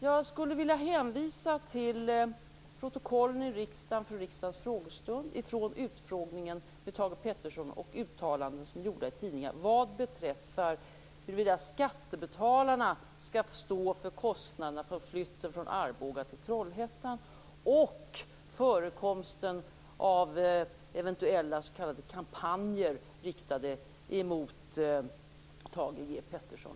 Jag skulle vilja hänvisa till protokollen i riksdagen från riksdagens frågestund, från utfrågningen av Thage G Peterson och uttalanden gjorda i tidningar vad beträffar huruvida skattebetalarna skall stå för kostnaderna för flytten från Arboga till Trollhättan och förekomsten av eventuella s.k. kampanjer riktade mot Thage G Peterson.